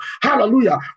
Hallelujah